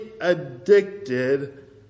addicted